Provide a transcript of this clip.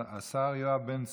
השר יואב בן צור,